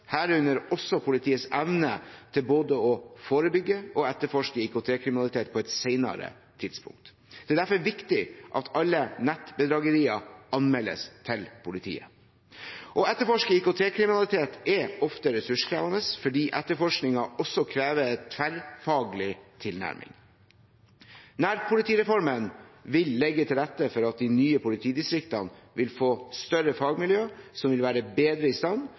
herunder også politiets evne til å både forebygge og etterforske IKT-kriminalitet på et senere tidspunkt. Det er derfor viktig at alle nettbedragerier anmeldes til politiet. Å etterforske IKT-kriminalitet er ofte ressurskrevende fordi etterforskningen også krever en tverrfaglig tilnærming. Nærpolitireformen vil legge til rette for at de nye politidistriktene vil få større fagmiljøer, som vil være bedre i stand